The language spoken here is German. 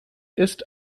ist